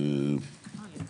רגע.